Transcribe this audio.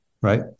right